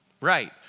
right